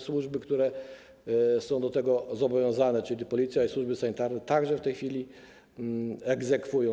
Służby, które są do tego zobowiązane, czyli Policja i służby sanitarne, także w tej chwili to egzekwują.